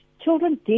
children